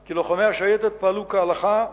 כי לוחמי השייטת פעלו כהלכה,